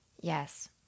Yes